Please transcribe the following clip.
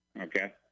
Okay